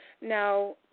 Now